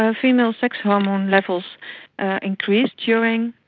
ah female sex hormone levels increase during